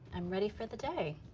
i'm ready for the day.